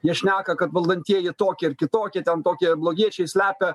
jie šneka kad valdantieji tokie ar kitokie ten tokie blogiečiai slepia